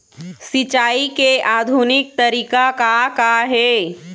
सिचाई के आधुनिक तरीका का का हे?